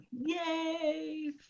Yay